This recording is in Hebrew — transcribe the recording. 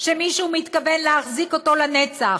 שמישהו מתכוון להחזיק אותו לנצח.